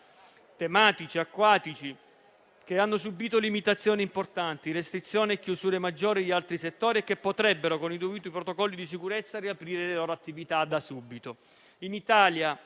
tematici e acquatici, che hanno subito limitazioni importanti, restrizioni e chiusure maggiori di altri settori e che, con i dovuti protocolli di sicurezza, potrebbero riaprire le loro attività da subito.